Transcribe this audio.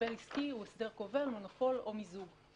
הגבל עסקי הוא הסדר כובל, מונופול או מיזוג.